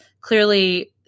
clearly